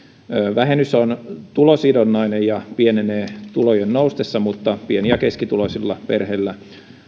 vähennys on tulosidonnainen ja pienenee tulojen noustessa mutta pieni ja keskituloisilla perheillä